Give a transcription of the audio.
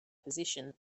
position